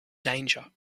danger